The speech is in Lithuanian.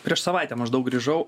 prieš savaitę maždaug grįžau